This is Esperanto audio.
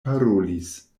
parolis